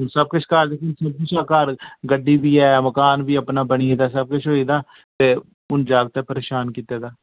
हुन सब किश घर सब किश ऐ घर गड्डी वी ऐ मकान वी अपना बनी दा सब किश होई दा ते हुन जाकतै परेशान कीत्ते दा